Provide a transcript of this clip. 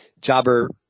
jobber